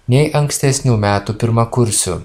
nei ankstesnių metų pirmakursių